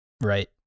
Right